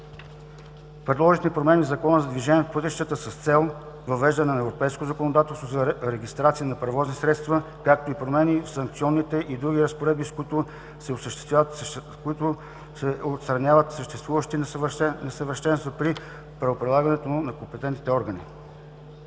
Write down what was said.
Предложените промени в Закона за движение по пътищата са с цел въвеждане на европейското законодателство за регистрация на превозни средства, както и промени в санкционните и други разпоредби, с които да се отстранят съществуващите несъвършенства при правоприлагането от компетентните органи.